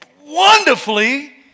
wonderfully